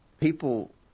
people